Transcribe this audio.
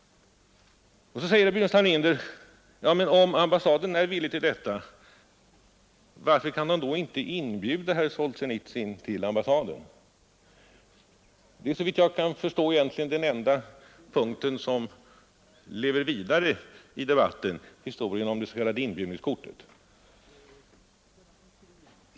Så säger herr Burenstam Linder: Men om ambassaden är villig att överlämna priset, varför kan den då inte inbjuda herr Solsjenitsyn till ambassaden? Det är, såvitt jag kan förstå, egentligen den enda punkten som lever vidare i debatten — historien om de s.k. inbjudningskorten.